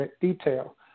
detail